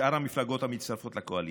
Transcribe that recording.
שאר המפלגות שמצטרפות לקואליציה,